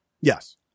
Yes